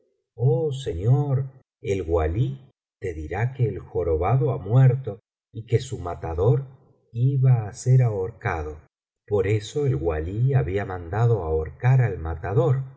oh señor el walí te dirá que el jorobado ha muerto y que su matador iba á ser ahorcado por eso el wálí había mandado ahorcar al matador